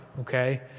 okay